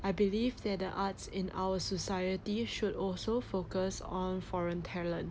I believe that the arts in our society should also focus on foreign talent